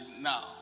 now